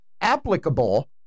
applicable